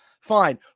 Fine